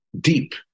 deep